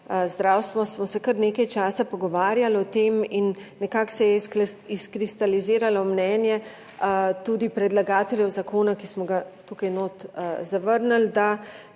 zdravstvo smo se kar nekaj časa pogovarjali o tem in nekako se je izkristaliziralo mnenje tudi predlagateljev zakona, ki smo ga tukaj notri zavrnili,